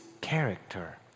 character